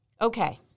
Okay